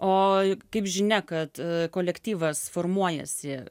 o kaip žinia kad kolektyvas formuojasi